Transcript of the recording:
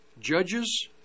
judges